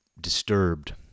disturbed